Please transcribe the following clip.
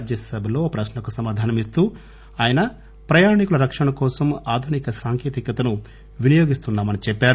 రాజ్యసభలో ఓ ప్రశ్నకు సమాధానమిస్తూ ఆయన ప్రయాణికుల రక్షణ కోసం ఆధునిక సాంకేతికతను వినియోగిస్తున్నామని చెప్పారు